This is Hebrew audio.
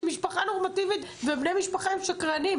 כשהמשפחה נורמטיבית ובני המשפחה הם שקרנים?